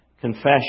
confession